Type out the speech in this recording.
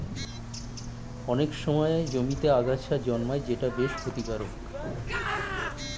অনেক সময় জমিতে আগাছা জন্মায় যেটা বেশ ক্ষতিকারক